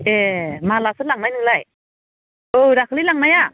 ए मालाथो लांनाय नोंलाय औ दाखालि लांनाया